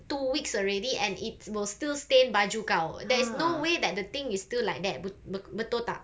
two weeks already and it's will still stain baju kau there is no way that the thing is still like that be~ be~ betul tak